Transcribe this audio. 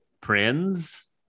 Prince